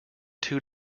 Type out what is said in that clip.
two